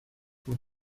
بود